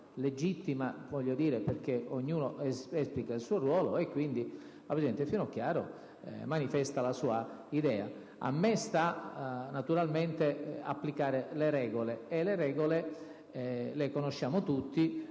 legittima perché ognuno esplica il suo ruolo e quindi la presidente Finocchiaro manifesta la sua idea, a me sta naturalmente applicare le regole e le regole, le conosciamo tutti,